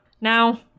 now